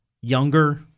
younger